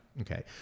Okay